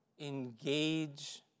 engage